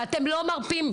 שאתם לא מרפים.